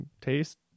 taste